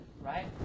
right